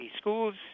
schools